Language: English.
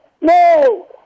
No